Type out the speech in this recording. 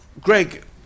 Greg